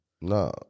No